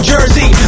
Jersey